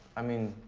i mean.